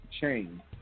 chain